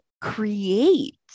create